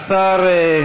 השר,